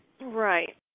Right